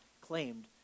claimed